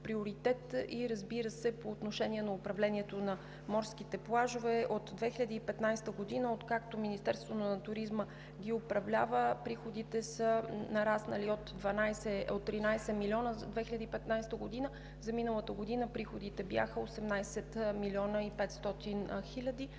Разбира се, по отношение на управлението на морските плажове от 2015 г. – откакто Министерството на туризма ги управлява, приходите са нараснали – от 13 милиона за 2015 г. миналата година бяха 18 милиона 500 хиляди.